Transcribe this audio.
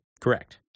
Correct